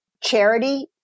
charity